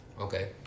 Okay